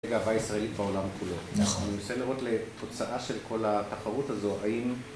זה גאווה ישראלית בעולם כולו. נכון. אני רוצה לראות לתוצאה של כל התחרות הזו, האם...